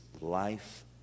life